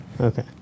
Okay